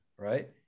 right